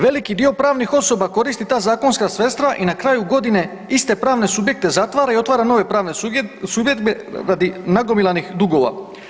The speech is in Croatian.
Veliki dio pravnih osoba koristi ta zakonska sredstva i na kraju godine iste pravne subjekte zatvara i otvara nove pravne subjekte radi nagomilanih dugova.